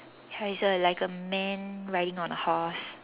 ya it's a like a man riding on a horse